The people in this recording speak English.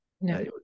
No